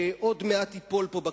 שעוד מעט ייפול פה בכנסת?